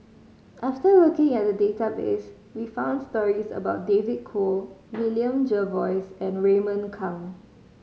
after looking at the database we found stories about David Kwo William Jervois and Raymond Kang